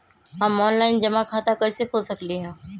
हम ऑनलाइन जमा खाता कईसे खोल सकली ह?